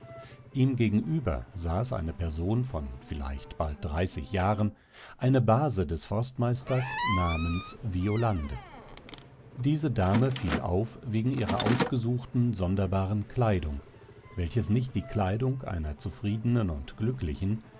ihm gegenüber saß eine person von vielleicht bald dreißig jahren eine base des forstmeisters namens violande diese dame fiel auf wegen ihrer ausgesuchten sonderbaren kleidung welches nicht die kleidung einer zufriedenen und glücklichen